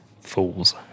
Fools